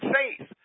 faith